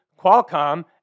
Qualcomm